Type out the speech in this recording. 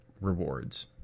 rewards